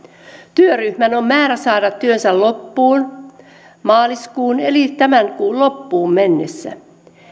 työryhmän on määrä saada työnsä loppuun maaliskuun eli tämän kuun loppuun mennessä